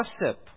gossip